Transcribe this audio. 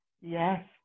Yes